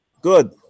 Good